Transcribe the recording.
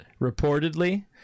Reportedly